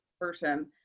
person